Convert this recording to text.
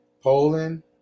Poland